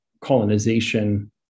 colonization